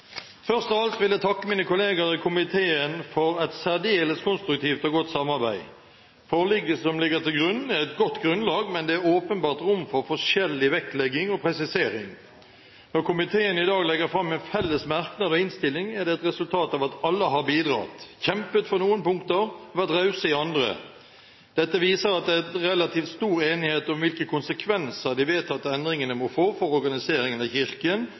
Først av alt vil jeg takke mine kolleger i komiteen for et særdeles konstruktivt og godt samarbeid. Forliket som ligger til grunn, er et godt grunnlag, men det er åpenbart rom for forskjellig vektlegging og presisering. Når komiteen i dag legger fram en felles merknad og innstilling, er det et resultat av at alle har bidratt – kjempet for noen punkter og vært rause på andre. Dette viser at det er relativt stor enighet om hvilke konsekvenser de vedtatte endringene må få for organiseringen av Kirken,